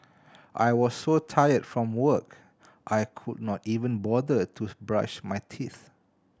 I was so tired from work I could not even bother to brush my teeth